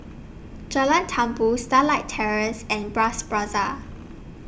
Jalan Tambur Starlight Terrace and Bras Basah